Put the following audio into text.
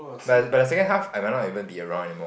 but but the second half I might not even be around anymore